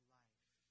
life